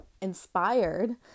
inspired